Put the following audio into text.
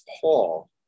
Paul